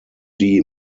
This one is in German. die